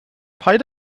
paid